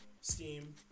Steam